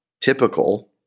typical